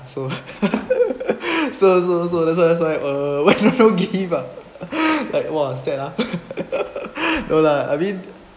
so so so so that's why that's why ah why no gift ah like !wah! sad ah no lah I mean